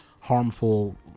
harmful